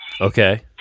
Okay